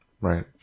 Right